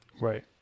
Right